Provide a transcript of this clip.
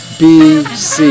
bc